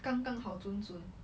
刚刚好准准